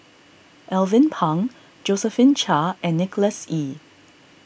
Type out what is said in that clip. Alvin Pang Josephine Chia and Nicholas Ee